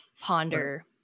ponder